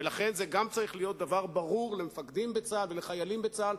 ולכן זה דבר שצריך להיות ברור למפקדים בצה"ל ולחיילים בצה"ל,